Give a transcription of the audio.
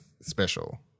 special